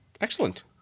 Excellent